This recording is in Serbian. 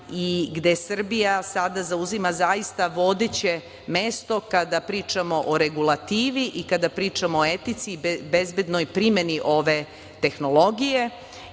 i gde Srbija sada zauzima zaista vodeće mesto kada pričamo o regulativi i kada pričamo o etici, bezbednoj primeni ove tehnologije